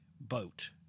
boat